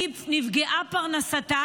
היא נפגעה בפרנסתה,